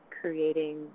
creating